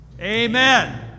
Amen